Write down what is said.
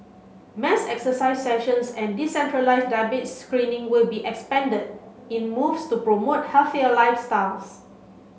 mass exercise sessions and decentralised diabete screening will be expanded in moves to promote healthier lifestyles